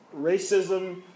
racism